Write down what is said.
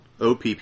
OPP